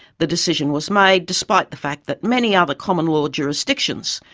the decision was made despite the fact that many other common law jurisdictions,